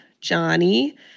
Johnny